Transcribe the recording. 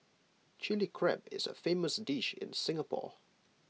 Chilli Crab is A famous dish in Singapore